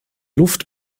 luft